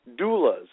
doulas